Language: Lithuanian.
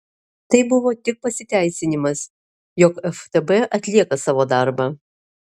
tai buvo tik pasiteisinimas jog ftb atlieka savo darbą